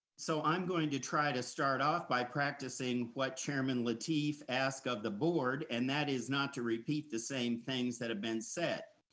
so i'm going to try to start off by practicing what chairman lateef asked of the board and that is not to repeat the same things that have been said.